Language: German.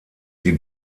die